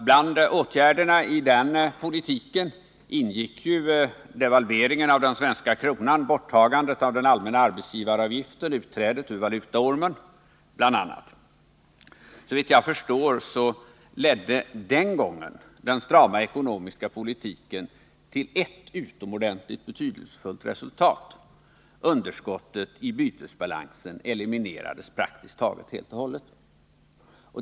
Bland åtgärderna i den politiken ingick devalveringen av den svenska kronan, borttagandet av den allmänna arbetsgivaravgiften och utträdet ur valutaormen. Såvitt jag förstår ledde den gången den strama ekonomiska politiken till ett utomordentligt betydelsefullt resultat: underskottet i bytesbalansen eliminerades praktiskt taget helt och hållet.